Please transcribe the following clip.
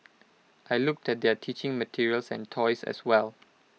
I looked at their teaching materials and toys as well